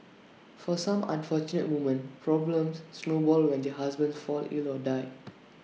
for some unfortunate woman problems snowball when their husbands fall ill or die